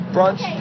Brunch